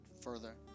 further